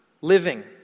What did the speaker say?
living